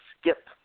skip